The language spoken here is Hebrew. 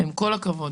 עם כל הכבוד.